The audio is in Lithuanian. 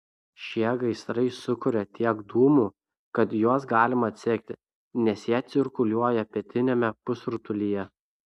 šie gaisrai sukuria tiek dūmų kad juos galima atsekti nes jie cirkuliuoja pietiniame pusrutulyje